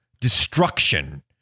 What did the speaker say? destruction